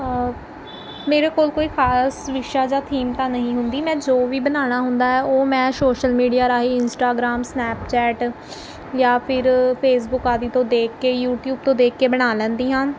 ਮੇਰੇ ਕੋਲ ਕੋਈ ਖਾਸ ਵਿਸ਼ਾ ਜਾਂ ਥੀਮ ਤਾਂ ਨਹੀਂ ਹੁੰਦੀ ਮੈਂ ਜੋ ਵੀ ਬਣਾਉਣਾ ਹੁੰਦਾ ਹੈ ਉਹ ਮੈਂ ਸ਼ੋਸ਼ਲ ਮੀਡੀਆ ਰਾਹੀਂ ਇੰਸਟਾਗਰਾਮ ਸਨੈਪਚੈਟ ਜਾਂ ਫਿਰ ਫੇਸਬੁੱਕ ਆਦਿ ਤੋਂ ਦੇਖ ਕੇ ਯੂਟਿਊਬ ਤੋਂ ਦੇਖ ਕੇ ਬਣਾ ਲੈਂਦੀ ਹਾਂ